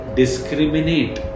discriminate